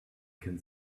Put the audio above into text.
can